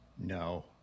no